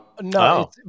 No